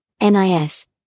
NIS